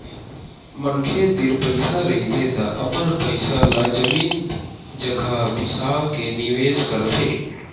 मनखे तीर पइसा रहिथे त अपन पइसा ल जमीन जघा बिसा के निवेस करथे